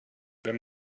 wenn